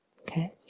okay